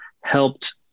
helped